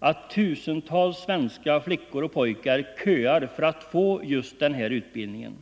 då tusentals svenska flickor och pojkar köar för att få just den här utbildningen.